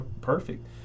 perfect